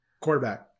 Quarterback